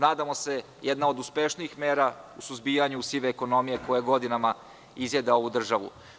Nadamo se da je to jedna od uspešnijih mera u suzbijanju sive ekonomije koja godinama izjeda ovu državu.